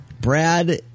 brad